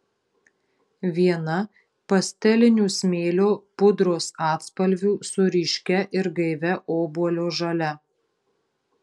viena pastelinių smėlio pudros atspalvių su ryškia ir gaivia obuolio žalia